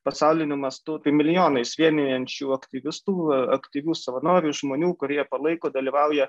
pasauliniu mastu milijonais vienijančių aktyvistų aktyvių savanorių žmonių kurie palaiko dalyvauja